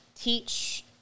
Teach